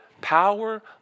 Power